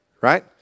Right